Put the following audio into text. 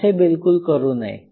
असे बिलकुल करू नये